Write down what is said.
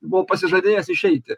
buvo pasižadėjęs išeiti